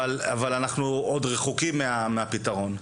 אבל אנחנו עוד רחוקים מהפתרון,